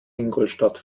ingolstadt